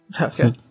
Okay